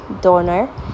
donor